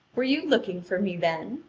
were you looking for me, then?